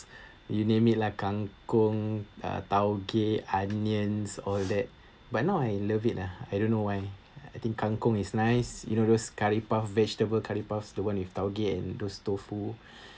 you name it lah kangkung uh tauge onions all that but now I love it lah I don't know why I think kangkung is nice you know those curry puff vegetable curry puffs the one with tauge and those tofu